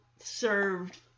served